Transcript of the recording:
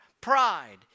Pride